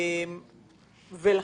אני